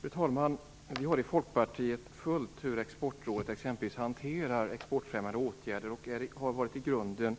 Fru talman! Vi i Folkpartiet har följt hur Exportrådet t.ex. hanterar exportfrämjande åtgärder, och vi har i grunden